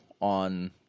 On